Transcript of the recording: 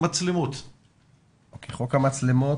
חוק המצלמות.